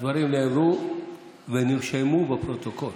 הדברים נאמרו ונרשמו בפרוטוקול,